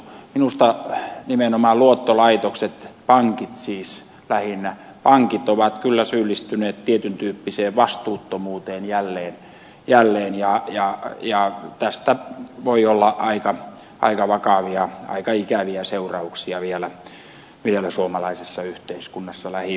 minusta nimenomaan luottolaitokset pankit siis lähinnä ovat kyllä syyllistyneet tietyn tyyppiseen vastuuttomuuteen jälleen ja tästä voi olla aika vakavia aika ikäviä seurauksia vielä suomalaisessa yhteiskunnassa lähivuosina